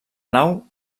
nau